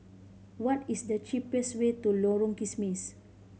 what is the cheapest way to Lorong Kismis